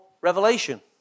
revelation